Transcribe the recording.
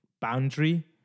boundary